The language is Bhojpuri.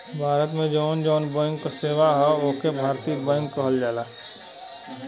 भारत में जौन जौन बैंक क सेवा हौ ओके भारतीय बैंक कहल जाला